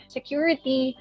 security